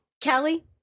Kelly